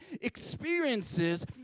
experiences